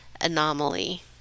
anomaly